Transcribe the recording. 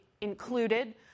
included—